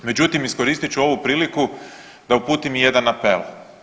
Međutim, iskoristit ću ovu priliku da uputim i jedan apel.